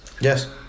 yes